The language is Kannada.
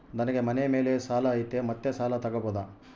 ನನಗೆ ಮನೆ ಮೇಲೆ ಸಾಲ ಐತಿ ಮತ್ತೆ ಸಾಲ ತಗಬೋದ?